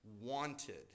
wanted